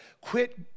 quit